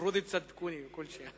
תרגומם לעברית: נאום מבריק, נכון.)